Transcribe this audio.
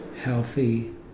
healthy